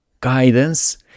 guidance